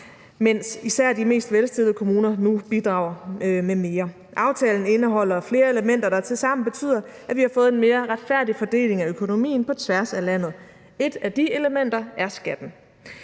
mens især de mest velstillede kommuner nu bidrager med mere. Aftalen indeholder flere elementer, der tilsammen betyder, at vi har fået en mere retfærdig fordeling af økonomien på tværs af landet. Et af de elementer er skatten.